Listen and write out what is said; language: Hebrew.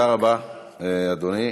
רבה, אדוני.